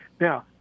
Now